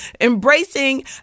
embracing